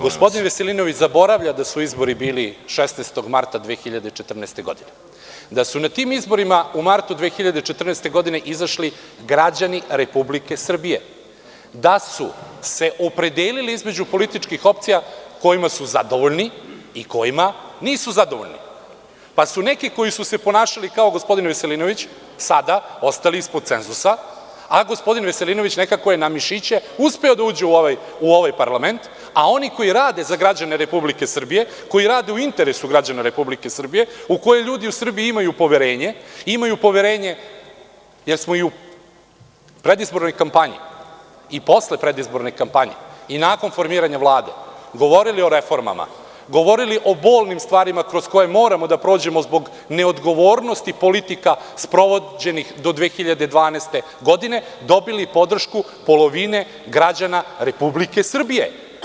Gospodin Veselinović zaboravlja da su izbori bili 16. marta 2014. godine, da su na tim izborima u martu 2014. godine izašli građani Republike Srbije, da su se opredelili između političkih opcija kojima su zadovoljni i kojima nisu zadovoljni, pa su neki koji su se ponašali kao gospodin Veselinović sada ostali ispod cenzusa, a gospodin Veselinović nekako je na mišiće uspeo da uđe u ovaj parlament, a oni koji rade za građane Republike Srbije, koji rade u interesu građana Republike Srbije, u koje ljudi u Srbiji imaju poverenje, imaju poverenje jer smo i u predizbornoj kampanji i posle predizborne kampanje i nakon formiranja Vlade govorili o reformama, govorili o bolnim stvarima kroz koje moramo da prođemo zbog neodgovornosti politika sprovođenih do 2012. godine, dobili podršku polovine građana Republike Srbije.